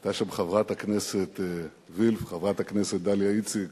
היו שם חברת הכנסת וילף, חברת הכנסת דליה איציק